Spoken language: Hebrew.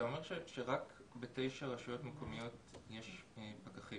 אומר שרק בתשע רשויות מקומיות יש פקחים,